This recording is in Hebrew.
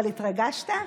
אבל התרגשת?